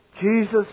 Jesus